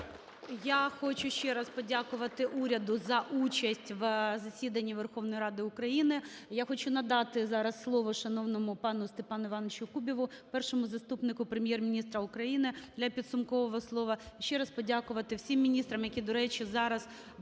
Я хочу ще раз подякувати уряду за участь в засіданні Верховної Ради України. І я хочу надати зараз слово шановному пану Степану Івановичу Кубіву, першому заступнику Прем'єр-міністра України, для підсумкового слова. І ще раз подякувати всім міністрам, які, до речі, зараз